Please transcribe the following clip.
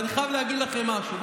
אבל אני חייב להגיד לכם משהו,